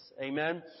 Amen